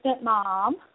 mom